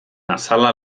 azala